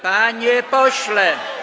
Panie pośle.